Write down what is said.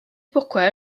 pourquoi